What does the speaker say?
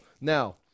Now